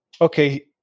okay